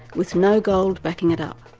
with no gold backing it up.